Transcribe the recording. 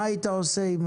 מה היית עושה עם